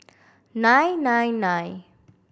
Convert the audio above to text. nine nine nine